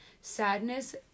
Sadness